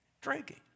drinking